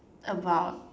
about